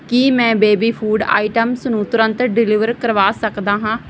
ਕੀ ਮੈਂ baby food items ਨੂੰ ਤੁਰੰਤ ਡਲੀਵਰ ਕਰਵਾ ਸਕਦਾ ਹਾਂ